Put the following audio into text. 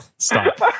Stop